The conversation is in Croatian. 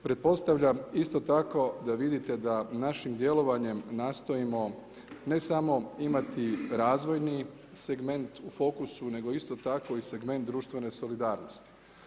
Pretpostavljam isto tako da vidite da našim djelovanjem nastojimo ne samo imati razvojni segment u fokusu nego isto tako i segment društvene solidarnosti.